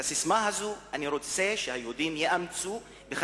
אני רוצה שהיהודים יאמצו את הססמה הזאת